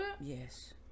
Yes